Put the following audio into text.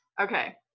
Okay